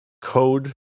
code